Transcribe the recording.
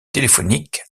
téléphonique